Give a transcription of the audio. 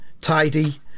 tidy